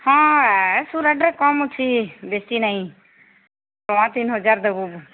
ହଁ ସୁରାଟରେ କମ୍ ଅଛି ବେଶୀ ନହିଁ ଟଙ୍କା ତିନି ହଜାର ଦେବୁ